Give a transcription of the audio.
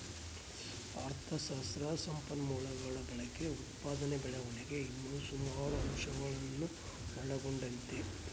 ಅಥಶಾಸ್ತ್ರ ಸಂಪನ್ಮೂಲಗುಳ ಬಳಕೆ, ಉತ್ಪಾದನೆ ಬೆಳವಣಿಗೆ ಇನ್ನ ಸುಮಾರು ಅಂಶಗುಳ್ನ ಒಳಗೊಂಡತೆ